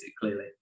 clearly